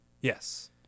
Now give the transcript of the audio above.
Yes